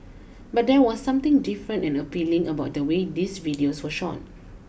but there was something different and appealing about the way these videos were shot